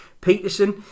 Peterson